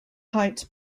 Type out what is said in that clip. heights